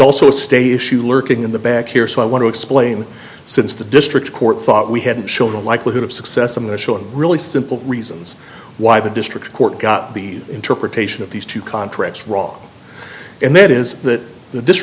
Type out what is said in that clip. also a state issue lurking in the back here so i want to explain since the district court thought we had children likelihood of success on the show and really simple reasons why the district court got the interpretation of these two contracts wrong and that is that th